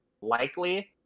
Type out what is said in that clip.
likely